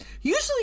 Usually